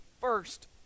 first